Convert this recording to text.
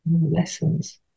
Lessons